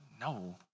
No